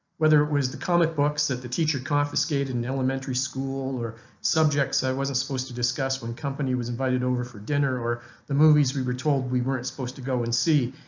whether it was the comic books that the teacher confiscated in elementary school or subjects i wasn't supposed to discuss when company was invited over for dinner or the movies we were told we weren't supposed to go and see.